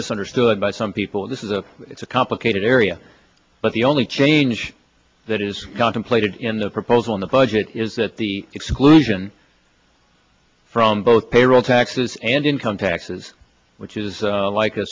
misunderstood by some people this is a it's a complicated area but the only change that is contemplated in the proposal in the budget is that the exclusion from both payroll taxes and income taxes which is like a